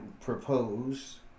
propose